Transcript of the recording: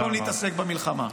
-- במקום להתעסק במלחמה.